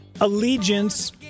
allegiance